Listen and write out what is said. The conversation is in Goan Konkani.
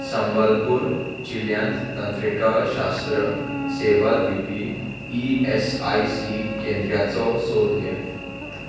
संबळपूर जिल्ल्यांत तंत्रिका शास्त्र सेवा दिवपी ई एस आय सी केंद्रांचो सोद घे